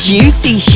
Juicy